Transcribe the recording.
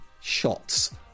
shots